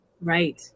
right